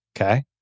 Okay